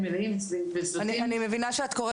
מלאים --- אני מבינה שאת קוראת,